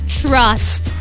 trust